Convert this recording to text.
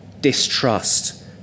distrust